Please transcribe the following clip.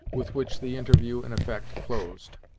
with which the interview in effect closed.